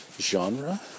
genre